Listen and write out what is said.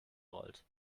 rollt